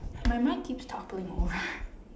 my mic keeps toppling over